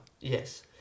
Yes